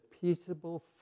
peaceable